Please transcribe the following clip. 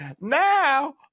Now